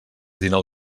dinou